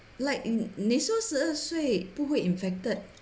like 你说十二岁不会 infected